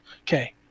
Okay